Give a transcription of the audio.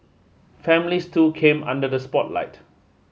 families too came under the spotlight